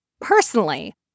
Personally